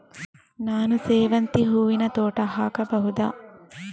ನಾನು ಸೇವಂತಿ ಹೂವಿನ ತೋಟ ಹಾಕಬಹುದಾ?